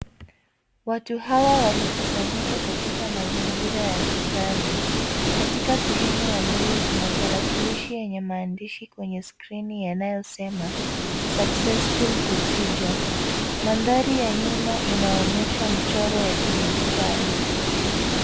Watu hawa wamekusanyika katika mazingira ya kikazi. Katika sehemu ya mbele kuna tarakilishi yenye maandishi kwenye skrini yanayosema successful procedure . Mandhari ya nyuma inaonyesha mchoro ya kidijitali.